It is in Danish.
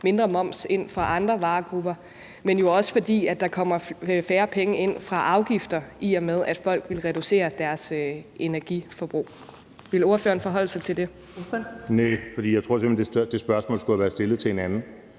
mindre moms ind fra andre varegrupper, men jo også fordi der kommer færre penge ind fra afgifter, i og med at folk vil reducere deres energiforbrug. Vil ordføreren forholde sig til det? Kl. 13:36 Første næstformand (Karen Ellemann):